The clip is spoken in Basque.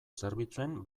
zerbitzuen